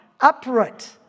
uproot